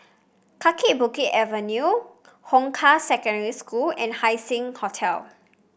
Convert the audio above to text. Kaki Bukit Avenue Hong Kah Secondary School and Haising Hotel